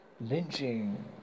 Lynching